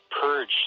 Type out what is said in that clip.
purge